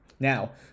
Now